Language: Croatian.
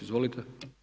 Izvolite.